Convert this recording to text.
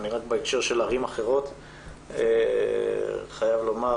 רק בהקשר של ערים אחרות אני חייב לומר,